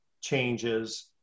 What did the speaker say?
changes